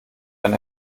eine